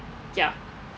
ya